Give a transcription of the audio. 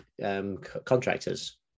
contractors